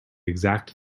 exact